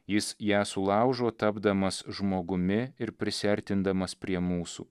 jis ją sulaužo tapdamas žmogumi ir prisiartindamas prie mūsų